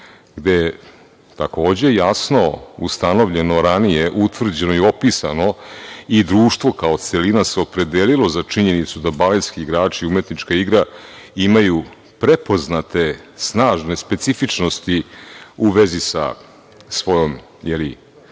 je, takođe jasno ustanovljeno ranije, utvrđeno i opisano i društvo kao celina se opredelilo za činjenicu da baletski igrači i umetnička igra imaju prepoznate snažne specifičnosti u vezi sa svojom